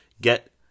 get